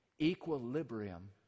equilibrium